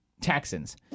Texans